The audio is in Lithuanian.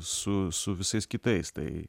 su su visais kitais tai